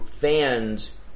fans